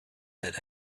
that